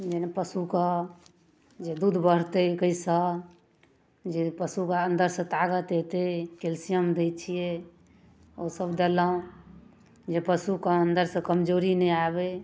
जेना पशुके जे दूध बढ़तै कइसँ जे पशुके अन्दरसँ ताकत एतै कैल्शियम दै छियै ओ सब देलहुँ जे पशुके अन्दरसँ कमजोरी नहि आबय